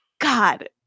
God